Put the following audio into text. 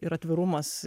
ir atvirumas